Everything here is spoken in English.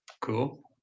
Cool